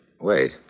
Wait